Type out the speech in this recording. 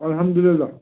الحَمدُ للہ